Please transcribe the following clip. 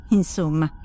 insomma